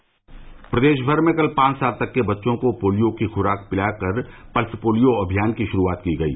प्रदेश भर में कल पांच साल तक के बच्चों को पोलियो की खुराक पिलाकर पल्स पोलियो अभियान की शुरूआत की गयी